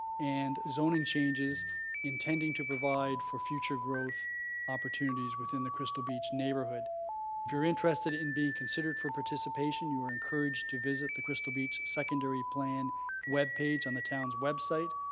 and zoning changes intending to provide for future growth opportunities within the crystal beach neighbourhood. if you're interested in being considered for participation, you are encouraged to visit the crystal beach secondary plan webpage on the town's website.